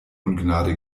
ungnade